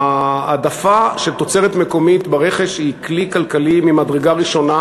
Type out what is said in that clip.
ההעדפה של תוצרת מקומית ברכש היא כלי כלכלי ממדרגה ראשונה.